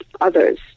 others